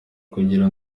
kugira